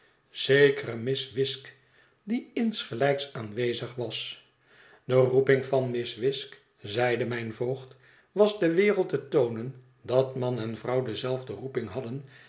zekere miss wisk die insgelijks aanwezig was de roeping van miss wisk zeide mijn voogd was de wereld te toonen dat man en vrouw dezelfde roeping hadden